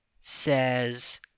says